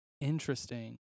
Interesting